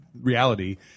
reality